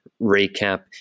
recap